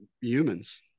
humans